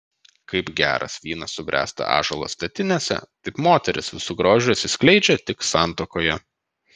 kaip geras vynas subręsta ąžuolo statinėse taip moteris visu grožiu atsiskleidžia tik santuokoje